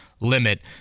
limit